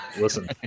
Listen